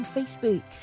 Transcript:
Facebook